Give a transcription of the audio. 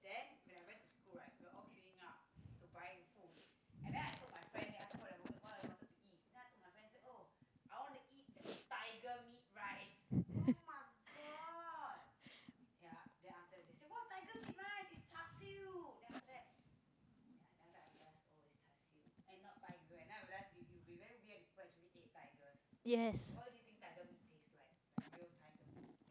yes